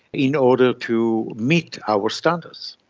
in order to meet our standards.